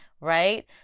Right